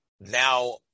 now